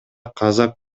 казак